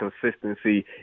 consistency